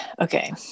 okay